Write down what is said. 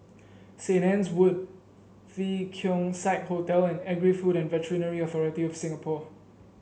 Saint Anne's Wood The Keong Saik Hotel and Agri Food and Veterinary Authority of Singapore